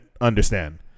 understand